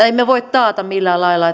emme voi taata millään lailla